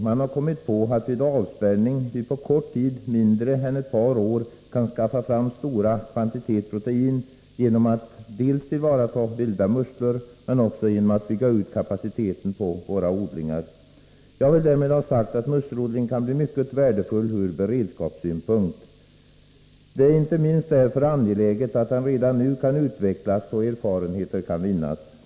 Man har kommit på att vi vid avspärrning på kort tid — mindre än ett par år — kan skaffa fram stora kvantiteter protein genom att dels tillvarata vilda musslor, dels bygga ut kapaciteten på våra odlingar. Jag vill därmed ha sagt att musselodling kan bli mycket värdefull ur beredskapssynpunkt. Det är inte minst därför angeläget att verksamheten redan nu kan utvecklas och erfarenheter vinnas.